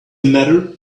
matter